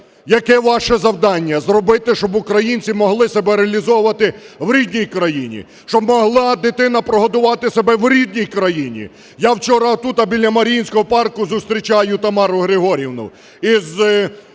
Яке ваше завдання? Зробити, щоб українці могли себе реалізовувати в рідній країні, щоб могла дитина прогодувати себе в рідній країні. Я вчора отут біля Маріїнського парку зустрічаю Тамару Григорівну із